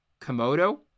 Komodo